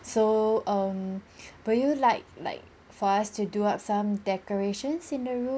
so um would you like like for us to do up some decorations in the ro~